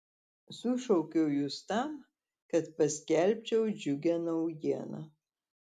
sušaukiau jus tam kad paskelbčiau džiugią naujieną